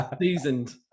Seasoned